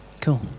Cool